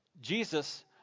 Jesus